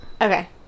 Okay